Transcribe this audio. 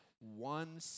one